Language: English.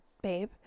babe